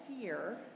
fear